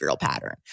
pattern